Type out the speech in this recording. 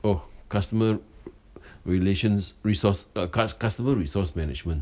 oh customer relations resource uh cus~ customer resource management